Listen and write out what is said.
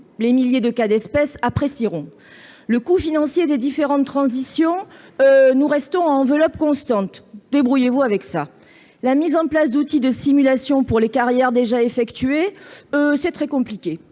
Les milliers de « cas d'espèce » apprécieront ... Le coût financier des différentes transitions ?« Euh, nous restons à enveloppe constante. » Débrouillez-vous avec cela ! La mise en place d'outils de simulation pour les carrières déjà effectuées ?« Euh, c'est très compliqué.